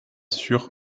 sur